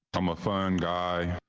i'm a fun guy.